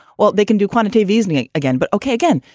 well, they can do quantitative easing again, but ok. again,